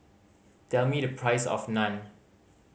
tell me the price of Naan